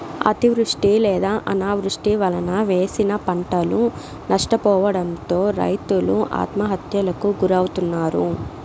అతివృష్టి లేదా అనావృష్టి వలన వేసిన పంటలు నష్టపోవడంతో రైతులు ఆత్మహత్యలకు గురి అవుతన్నారు